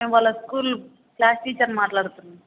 నేను వాళ్ళ school class టీచర్ని మాట్లాడుతున్నాను